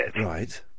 Right